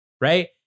right